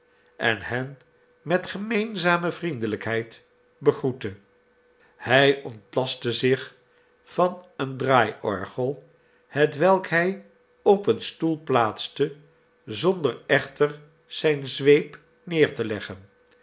en hen met gemeenzame vriendelijkheid begroette hij ontlastte zich van een draaiorgel hetwelk hij op een stoel plaatste zonder echter zijne zweep neer te leggen